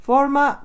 Forma